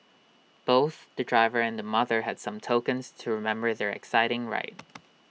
both the driver and the mother had some tokens to remember their exciting ride